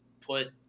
put